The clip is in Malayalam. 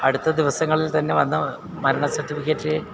അടുത്ത ദിവസങ്ങളിൽ തന്നെ വന്ന് മരണ സർട്ടിഫിക്കറ്റ്